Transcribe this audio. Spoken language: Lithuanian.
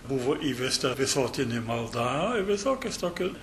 buvo įvesta visuotinė malda visokios tokios